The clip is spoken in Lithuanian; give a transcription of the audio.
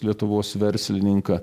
lietuvos verslininką